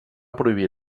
prohibir